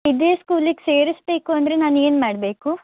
ಇದೇ ಸ್ಕೂಲಿಗೆ ಸೇರಿಸಬೇಕು ಅಂದರೆ ನಾನು ಏನು ಮಾಡಬೇಕು